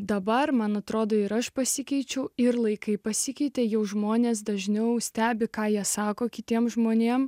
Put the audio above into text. dabar man atrodo ir aš pasikeičiau ir laikai pasikeitė jau žmonės dažniau stebi ką jie sako kitiems žmonėms